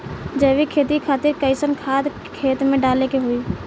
जैविक खेती खातिर कैसन खाद खेत मे डाले के होई?